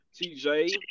TJ